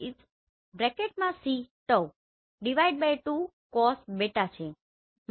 હું માનું છું કે આ આકૃતિથી તે સ્પષ્ટ છે